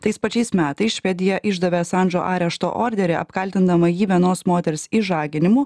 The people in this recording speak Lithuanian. tais pačiais metais švedija išdavė asandžo arešto orderį apkaltindama jį vienos moters išžaginimu